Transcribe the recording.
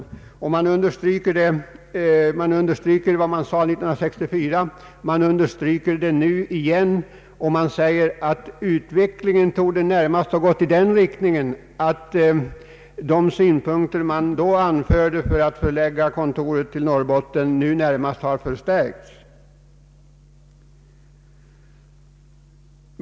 Länsstyrelsen understryker åter vad den sade 1964 och framhåller att utvecklingen närmast torde ha gått i den riktningen att de synpunkter man då anförde för kontorets förläggning till Norrbotten nu närmast har förstärkts.